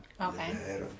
Okay